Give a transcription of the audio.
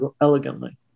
elegantly